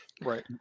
Right